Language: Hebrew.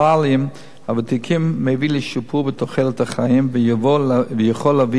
הוותיקים מביא לשיפור בתוחלת החיים ויכול להביא אף להבראה.